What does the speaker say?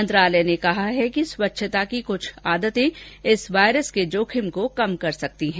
मंत्रालय ने कहा है कि स्वच्छता की कृछ आदतें इस वायरस के जोखिम को कम कर सकती है